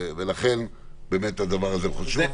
לכן הדבר הזה הוא חשוב.